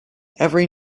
every